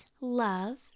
love